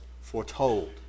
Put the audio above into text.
foretold